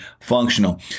functional